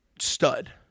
Stud